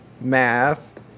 math